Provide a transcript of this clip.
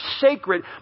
sacred